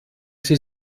sie